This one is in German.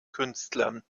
künstlern